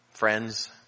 Friends